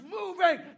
moving